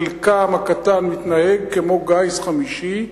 חלקם הקטן מתנהג כמו גיס חמישי.